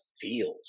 feels